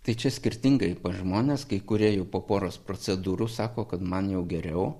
tai čia skirtingai pas žmones kai kurie jau po poros procedūrų sako kad man jau geriau